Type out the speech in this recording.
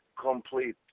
complete